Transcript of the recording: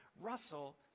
Russell